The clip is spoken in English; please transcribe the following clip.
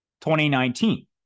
2019